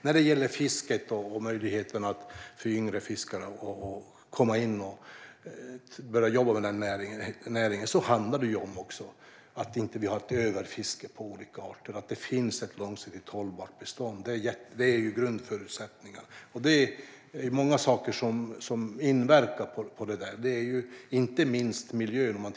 När det gäller fisket och möjligheterna för yngre fiskare att komma in och börja jobba med denna näring handlar det också om att vi inte har ett överfiske på olika arter och att det finns ett långsiktigt hållbart bestånd. Detta är grundförutsättningen. Det är många saker som inverkar på detta, inte minst miljön.